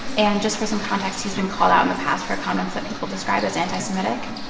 and just for some context, he's been called out in the past for comments that people describe as anti-semitic.